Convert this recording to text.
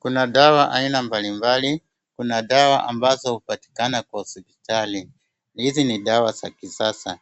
Kuna dawa aina mbali mbali. Kuna dawa ambazo hupatikana kwa hospitali, hizi ni dawa za kisasa.